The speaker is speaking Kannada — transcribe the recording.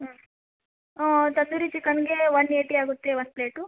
ಹಾಂ ತಂದೂರಿ ಚಿಕನ್ನಿಗೆ ವನ್ ಏಯ್ಟಿ ಆಗುತ್ತೆ ಒಂದು ಪ್ಲೇಟು